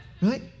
Right